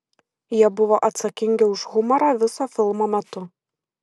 jie buvo atsakingi už humorą viso filmo metu